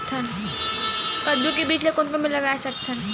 कददू के बीज ला कोन कोन मेर लगय सकथन?